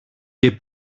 και